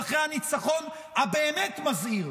הניצחון הבאמת-מזהיר